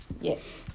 Yes